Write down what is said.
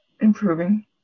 improving